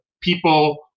people